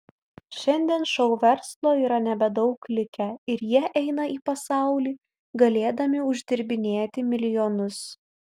šiandien šou verslo yra nebedaug likę ir jie eina į pasaulį galėdami uždirbinėti milijonus